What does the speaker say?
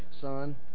son